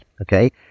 Okay